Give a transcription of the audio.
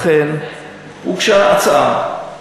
ולכן הוגשה הצעה,